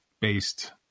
based